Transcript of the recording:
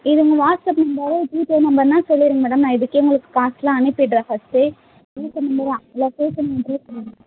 இது உங்கள் வாட்ஸ்ஆப் நம்பரும் ஜிபே நம்பருன்னால் சொல்லியிருங்க மேடம் நான் இதுக்கே உங்களுக்கு காசெலாம் அனுப்பிடறேன் ஃபர்ஸ்டே ஜிபே நம்பரு இல்லை ஃபோன்பே நம்பரு சொல்லுங்கள்